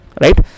Right